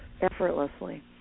effortlessly